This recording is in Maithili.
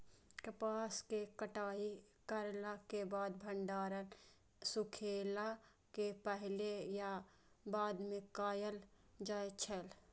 कपास के कटाई करला के बाद भंडारण सुखेला के पहले या बाद में कायल जाय छै?